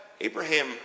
Abraham